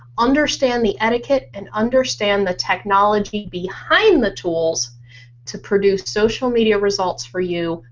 understand the etiquette, and understand the technology behind the tools to produce social media results for you,